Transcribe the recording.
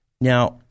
now